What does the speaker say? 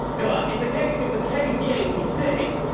but, in the case of the k g eight six,